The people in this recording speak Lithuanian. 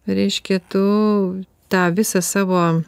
reiškia tu tą visą savo